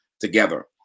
together